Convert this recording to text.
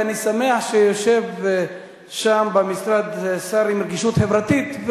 ואני שמח שיושב שם במשרד שר עם רגישות חברתית.